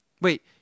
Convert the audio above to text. Wait